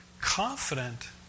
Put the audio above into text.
confident